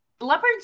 leopards